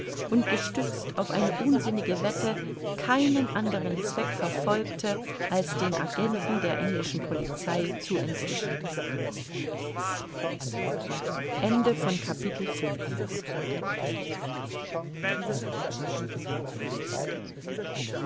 und gestützt auf eine unsinnige wette keinen andern zweck verfolgte als den agenten der englischen polizei zu entwischen